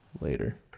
later